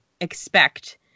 expect